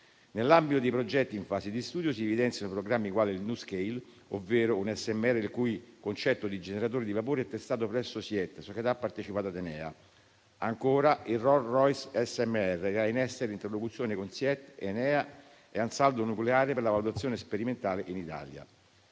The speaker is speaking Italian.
Nell'ambito dei progetti in fase di studio, si evidenziano programmi quale il NuScale, ovvero un SMR il cui concetto di generatore di vapore è testato presso Siet (società partecipata da Enea), e ancora il Rolls-Royce SMR, che ha in essere interlocuzioni con Siet, Enea e Ansaldo nucleare per la valutazione sperimentale in Italia.